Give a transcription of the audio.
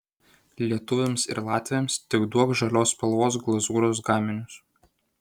lietuviams ir latviams tik duok žalios spalvos glazūros gaminius